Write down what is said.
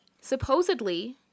supposedly